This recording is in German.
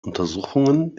untersuchungen